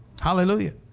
Hallelujah